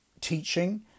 teaching